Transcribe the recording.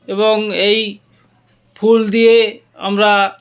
এবং এই ফুল দিয়ে আমরা